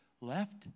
left